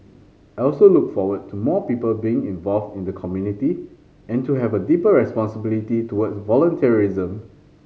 I also look forward to more people being involved in the community and to have a deeper responsibility towards volunteerism